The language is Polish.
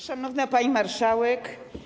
Szanowna Pani Marszałek!